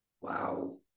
Wow